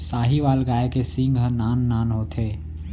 साहीवाल गाय के सींग ह नान नान होथे